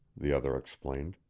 the other explained.